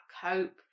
cope